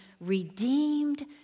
redeemed